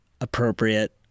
appropriate